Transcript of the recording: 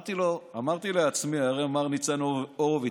אמרתי לעצמי: הרי מר ניצן הורוביץ,